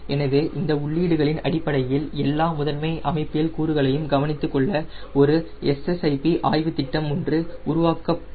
எனவே இந்த உள்ளீடுகளின் அடிப்படையில் எல்லா முதன்மை அமைப்பியல் கூறுகளையும் கவனித்துக்கொள்ள ஒரு SSIP திட்டம் ஒன்று உருவாக்க உருவாக்கப்படும்